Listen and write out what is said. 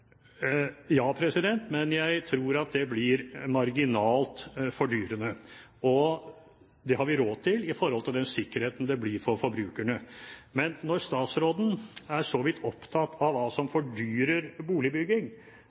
Ja, men jeg tror at det blir marginalt fordyrende, og det har vi råd til i forhold til den sikkerheten det blir for forbrukerne. Men når statsråden er så vidt opptatt av hva som fordyrer boligbygging,